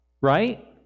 right